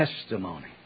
testimony